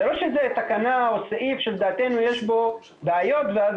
זה לא איזה תקנה או סעיף שלדעתנו יש בו בעיות ואז